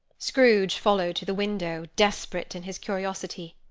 scrooge followed to the window desperate in his curiosity.